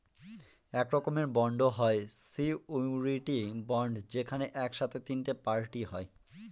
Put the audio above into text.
এক রকমের বন্ড হয় সিওরীটি বন্ড যেখানে এক সাথে তিনটে পার্টি হয়